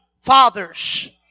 fathers